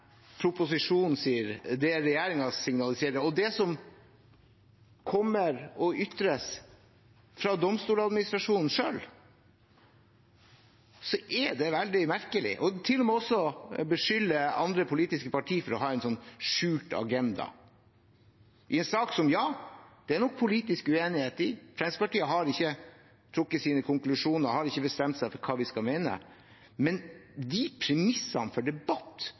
proposisjonen sier, det regjeringen signaliserer, og det som kommer og ytres fra Domstoladministrasjonen selv, så er det veldig merkelig. Man beskylder til og med andre politiske partier for å ha en skjult agenda – i en sak som det nok er politiske uenighet om. Fremskrittspartiet har ikke trukket sine konklusjoner, har ikke bestemt seg for hva de skal mene, men de premissene for debatt